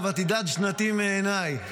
"וקרח בלילה ותִדד שנתי מעינָי".